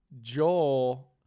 Joel